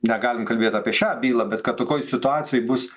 negalim kalbėt apie šią bylą bet kad tokioj situacijoj bus